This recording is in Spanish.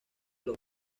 los